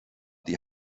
die